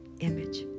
image